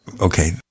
Okay